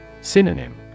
Synonym